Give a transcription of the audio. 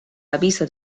aviso